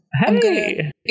Hey